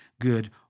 good